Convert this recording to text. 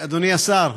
אדוני השר,